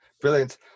brilliant